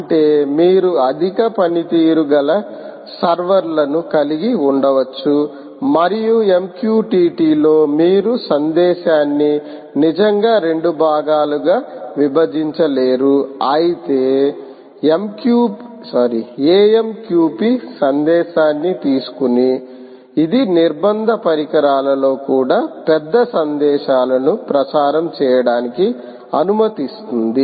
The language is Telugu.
అంటే మీరు అధిక పనితీరు గల సర్వర్లను కలిగి ఉండవచ్చు మరియు MQTTలో మీరు సందేశాన్ని నిజంగా రెండు భాగాలుగా విభజించలేరు అయితే AMQP సందేశాన్ని తీసుకుని ఇది నిర్బంధ పరిసరాలలో కూడా పెద్ద సందేశాలను ప్రసారం చేయడానికి అనుమతిస్తుంది